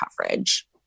coverage